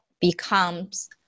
becomes